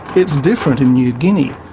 it's different in new guinea,